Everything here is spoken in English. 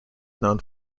known